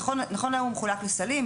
נכון להיום הוא מחולק לסלים,